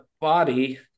Body